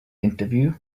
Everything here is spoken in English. interview